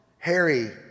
Harry